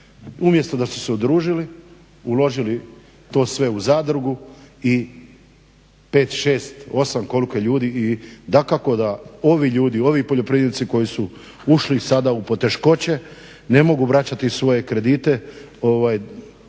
umjesto da su se udružili, uložili to sve u zadrugu i 5, 6, 8 koliko je ljudi i dakako da ovi ljudi, ovi poljoprivrednici koji su ušli sada u poteškoće ne mogu vraćati svoje kredite.